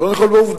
קודם כול בעובדה: